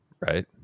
Right